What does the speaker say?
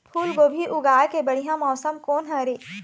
फूलगोभी उगाए के बढ़िया मौसम कोन हर ये?